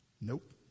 Nope